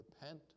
repent